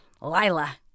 Lila